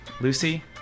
Lucy